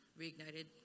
reignited